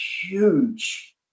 huge